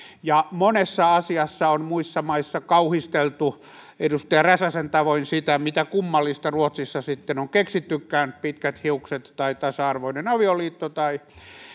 ja monessa asiassa on muissa maissa kauhisteltu edustaja räsäsen tavoin sitä mitä kummallista ruotsissa sitten on keksittykään pitkät hiukset tai tasa arvoinen avioliitto tai